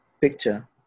picture